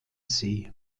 sie